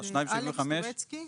של אלכס טורצקי?